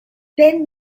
ten